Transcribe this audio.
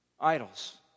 idols